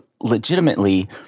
legitimately